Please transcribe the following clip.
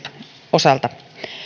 osalta